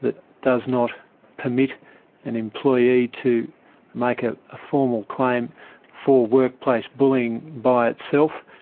that does not permit an employee to make ah a formal claim for workplace bullying by itself.